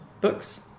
books